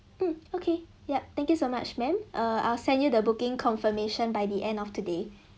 mm okay yup thank you so much ma'am err I'll send you the booking confirmation by the end of today